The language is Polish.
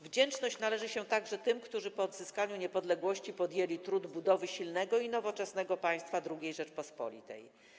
Wdzięczność należy się także tym, którzy po odzyskaniu niepodległości podjęli trud budowy silnego i nowoczesnego państwa - II Rzeczypospolitej.